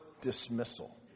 dismissal